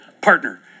partner